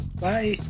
Bye